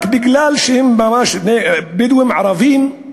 רק כי הם בדואים ערבים,